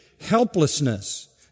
helplessness